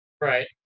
Right